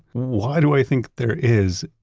why do i think there is,